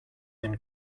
than